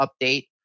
update